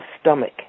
stomach